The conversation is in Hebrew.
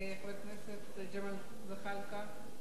חבר הכנסת ג'מאל זחאלקה,